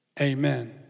amen